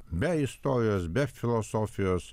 be istorijos be filosofijos